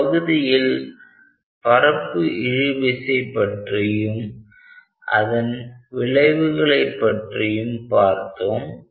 இந்த பகுதியில் பரப்பு இழுவிசை பற்றியும் அதன் விளைவுகளைப் பற்றியும் பார்த்தோம்